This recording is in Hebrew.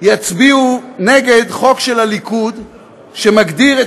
יצביעו נגד חוק של הליכוד שמגדיר את